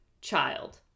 child